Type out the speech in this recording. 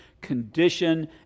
condition